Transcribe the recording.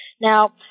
Now